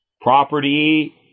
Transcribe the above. property